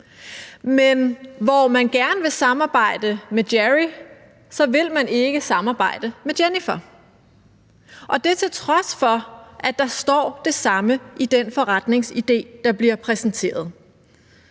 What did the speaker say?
men hvor man gerne vil samarbejde med John, vil man ikke samarbejde med Jennifer, og det til trods for, at der står det samme i den forretningsidé, der bliver præsenteret.